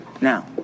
now